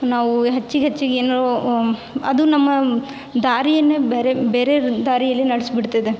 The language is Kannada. ನಾವು ಹೆಚ್ಚಿಗೆ ಹೆಚ್ಚಿಗೆ ಏನು ಅದು ನಮ್ಮ ದಾರಿಯನ್ನೇ ಬೇರೆ ಬೇರೆ ದಾರಿಯಲ್ಲಿ ನಡ್ಸಿಬಿಡ್ತದೆ